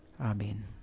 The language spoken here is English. Amen